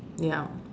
ya